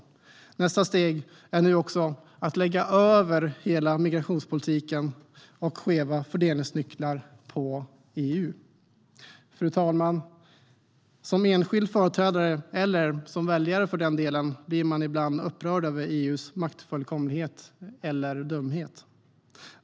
Nästa steg är nu också att lägga över hela migrationspolitiken och skeva fördelningsnycklar på EU. Fru talman! Som enskild företrädare eller för den delen som väljare blir man ibland upprörd över EU:s maktfullkomlighet eller dumhet.